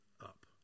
up